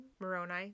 Moroni